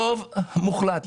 רוב מוחלט,